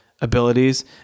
abilities